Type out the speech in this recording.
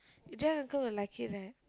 Jack uncle will like it right